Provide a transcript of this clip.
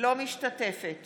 אינה משתתפת